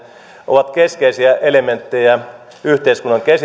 ovat keskeisiä elementtejä yhteiskunnan